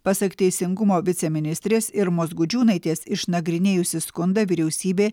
pasak teisingumo viceministrės irmos gudžiūnaitės išnagrinėjusi skundą vyriausybė